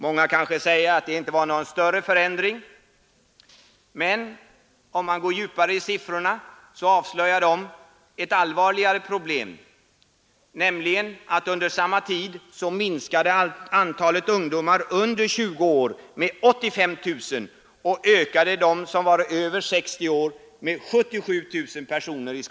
Många kanske säger att det inte var någon större förändring. Men om man går djupare i siffrorna avslöjar de ett allvarligare problem, nämligen att under samma tid antalet ungdomar under 20 år minskade med 85 000 och de som var över 60 år ökade med 77 000 personer.